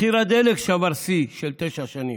מחיר הדלק שבר שיא של תשע שנים,